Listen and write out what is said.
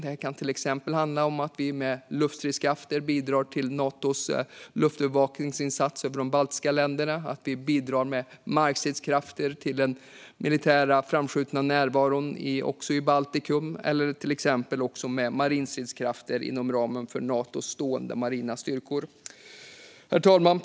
Det kan till exempel handla om att vi med luftstridskrafter bidrar till Natos luftövervakningsinsats över de baltiska länderna, att vi bidrar med markstridskrafter till den militära framskjutna närvaron också i Baltikum eller att vi bidrar med marinstridskrafter inom ramen för Natos stående marina styrkor. Herr talman!